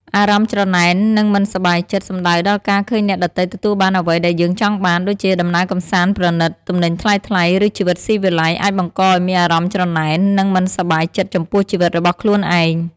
អារម្មណ៍ច្រណែន និងមិនសប្បាយចិត្ត សំដៅដល់ការឃើញអ្នកដទៃទទួលបានអ្វីដែលយើងចង់បាន ដូចជាដំណើរកម្សាន្តប្រណីត ទំនិញថ្លៃៗ ឬជីវិតស៊ីវិល័យ អាចបង្កឱ្យមានអារម្មណ៍ច្រណែន និងមិនសប្បាយចិត្តចំពោះជីវិតរបស់ខ្លួនឯង។